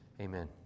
amen